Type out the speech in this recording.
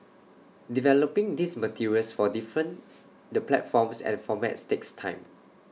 developing these materials for different the platforms and formats takes time